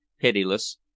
pitiless